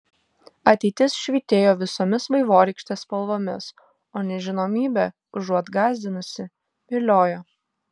ateitis švytėjo visomis vaivorykštės spalvomis o nežinomybė užuot gąsdinusi viliojo